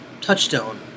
touchstone